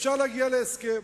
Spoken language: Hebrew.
אפשר להגיע להסכם.